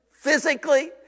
physically